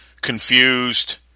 confused